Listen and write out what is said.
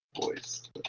voice